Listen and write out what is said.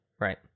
Right